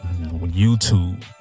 YouTube